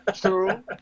True